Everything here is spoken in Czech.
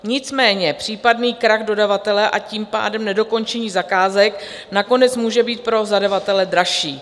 Nicméně případný krach dodavatele, a tím pádem nedokončení zakázek nakonec může být pro zadavatele dražší.